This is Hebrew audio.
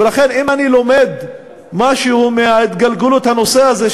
שבאמת נותנת ייצוג שוויוני לכלל האוכלוסיות.